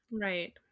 Right